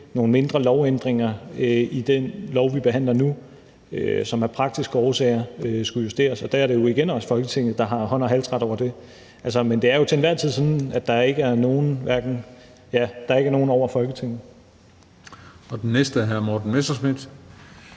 nogle mindre lovændringer i det lovforslag, vi behandler nu, ting, som af praktiske årsager skulle justeres. Og der er det jo igen også Folketinget, der har hånd- og halsret over det. Men det er jo til enhver tid sådan, at der ikke er nogen over Folketinget.